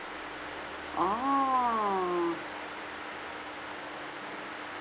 orh